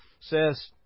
says